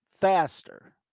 faster